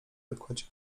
zakładzie